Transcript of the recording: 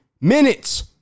minutes